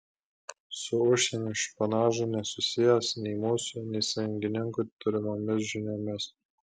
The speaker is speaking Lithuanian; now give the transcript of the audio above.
su užsienio špionažu nesusijęs nei mūsų nei sąjungininkų turimomis žiniomis